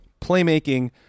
playmaking